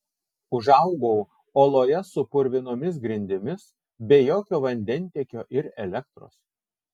užaugau oloje su purvinomis grindimis be jokio vandentiekio ir elektros